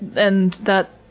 and that,